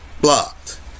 blocked